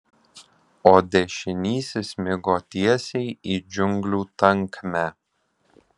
o dešinysis smigo tiesiai į džiunglių tankmę